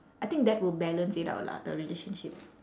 I think that will balance it out lah the relationship